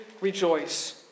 Rejoice